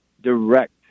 direct